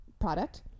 product